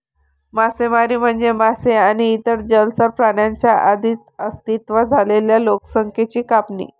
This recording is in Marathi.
मासेमारी म्हणजे मासे आणि इतर जलचर प्राण्यांच्या आधीच अस्तित्वात असलेल्या लोकसंख्येची कापणी